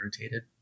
irritated